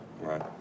Right